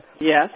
Yes